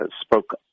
spoke